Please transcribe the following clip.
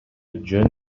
жөн